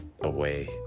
away